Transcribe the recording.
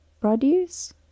produce